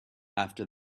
after